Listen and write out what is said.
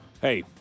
Hey